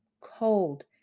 cold